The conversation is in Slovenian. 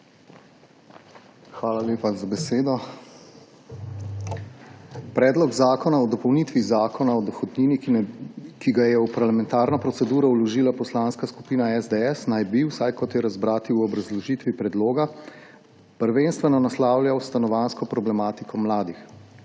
Hvala lepa za besedo. Predlog zakona o dopolnitvi Zakona o dohodnini, ki ga je v parlamentarno proceduro vložila Poslanska skupina SDS, naj bi, vsaj kot je razbrati v obrazložitvi predloga, prvenstveno naslavljal stanovanjsko problematiko mladih.